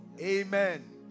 amen